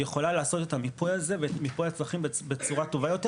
יכולה לעשות את המיפוי הצרכים בצורה טובה יותר,